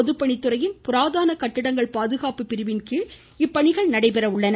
பொதுப்பணித்துறையின் புராதன கட்டிடங்கள் பாதுகாப்பு பிரிவின் மூலம் இப்பணிகள் நடைபெற உள்ளன